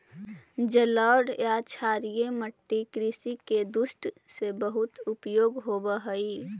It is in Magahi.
जलोढ़ या क्षारीय मट्टी कृषि के दृष्टि से बहुत उपयुक्त होवऽ हइ